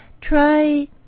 Try